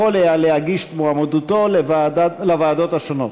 היה להגיש את מועמדותו לוועדות השונות.